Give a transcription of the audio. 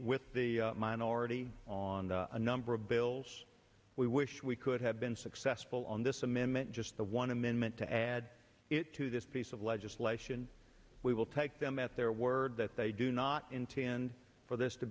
with the minority on a number of bills we wish we could have been successful on this amendment just the one amendment to add it to this piece of legislation we will take them at their word that they do not intend for this to